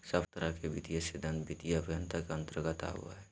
सब तरह के वित्तीय सिद्धान्त वित्तीय अभयन्ता के अन्तर्गत आवो हय